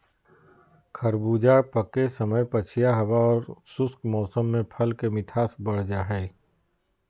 खरबूजा पके समय पछिया हवा आर शुष्क मौसम में फल के मिठास बढ़ जा हई